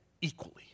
Equally